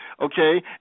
Okay